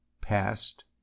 past